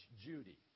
Judy